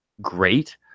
great